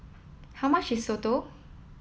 how much is Soto